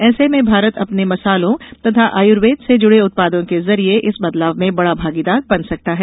ऐसे में भारत अपने मसालों तथा आयुर्वेद से जुड़े उत्पादों के जरिए इस बदलाव में बड़ा भागीदार बन सकता है